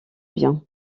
bien